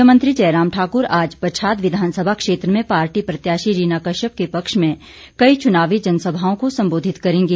मुख्यमंत्री जयराम ठाकुर आज पच्छाद विधानसभा क्षेत्र में पार्टी प्रत्याशी रीना कश्यप के पक्ष में कई चुनावी जनसभाओं को संबोधित करेंगे